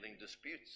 disputes